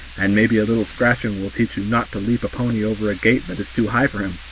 and maybe a little scratching will teach you not to leap a pony over a gate that is too high for him,